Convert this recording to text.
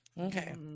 Okay